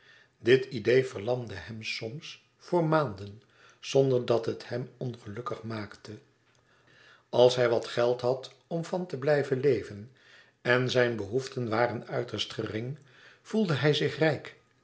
dit idee verlamde hem soms voor maanden zonderdat het hem ongelukkig maakte als hij wat geld had om van te blijven leven en zijne behoeften waren uiterst gering voelde hij zich rijk